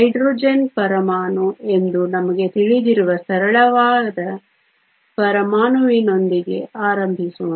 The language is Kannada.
ಹೈಡ್ರೋಜನ್ ಪರಮಾಣು ಎಂದು ನಮಗೆ ತಿಳಿದಿರುವ ಸರಳವಾದ ಪರಮಾಣುವಿನೊಂದಿಗೆ ಆರಂಭಿಸೋಣ